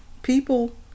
people